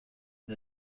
and